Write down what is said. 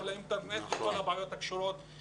לאינטרנט ונתקל בכל הבעיות האחרות.